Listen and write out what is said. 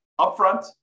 upfront